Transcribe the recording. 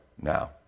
now